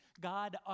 God